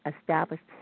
established